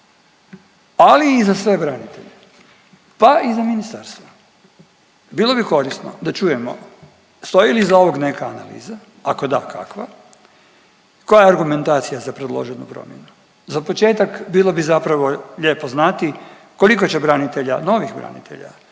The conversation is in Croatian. ali i za sve branitelje, pa i za ministarstvo, bilo bi korisno da čujemo stoji li iza ovog neka analiza, ako da, kakva? Koja je argumentacija za predloženu promjenu? Za početak bilo bi zapravo lijepo znati koliko će branitelja, novih branitelja